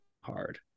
hard